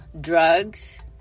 drugs